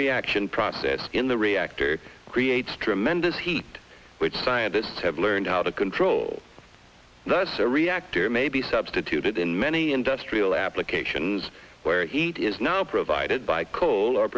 reaction process in the reactor creates tremendous heat which scientists have learned how to control that's a reactor may be substituted in many industrial applications where heat is now provided by coal or